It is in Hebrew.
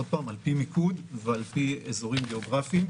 עוד פעם, על פי מיקוד ועל פי אזורים גאוגרפיים.